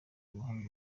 ubuhanga